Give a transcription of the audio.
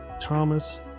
Thomas